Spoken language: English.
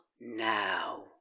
now